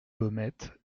baumettes